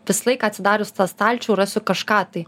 visą laiką atsidarius tą stalčių rasiu kažką tai